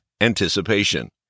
anticipation